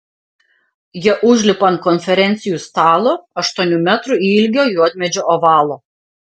jie užlipa ant konferencijų stalo aštuonių metrų ilgio juodmedžio ovalo